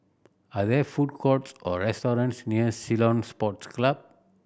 are there food courts or restaurants near Ceylon Sports Club